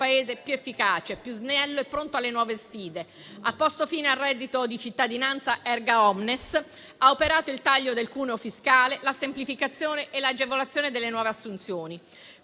Paese più efficace, più snello e pronto alle nuove sfide, ha posto fine al reddito di cittadinanza *erga omnes* ed ha operato il taglio del cuneo fiscale, la semplificazione e l'agevolazione delle nuove assunzioni.